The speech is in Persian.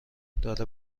داره